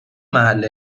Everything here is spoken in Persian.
محل